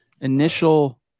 initial